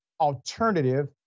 alternative